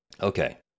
Okay